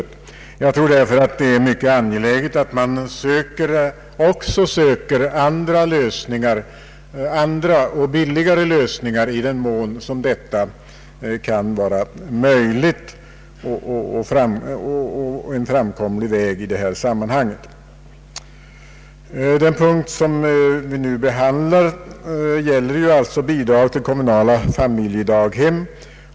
Jag tror därför att det är mycket angeläget att man också söker andra och billigare lösningar i den mån som detta kan vara en framkomlig väg. Den punkt som vi nu behandlar gäller ju bidrag till kommunala familjedaghem.